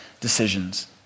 decisions